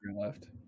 left